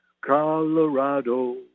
Colorado